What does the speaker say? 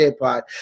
Pod